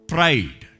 Pride